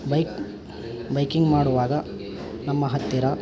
bike biking ಮಾಡುವಾಗ ನಮ್ಮ ಹತ್ತಿರ